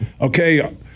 okay